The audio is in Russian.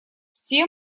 все